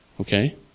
Okay